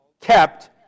kept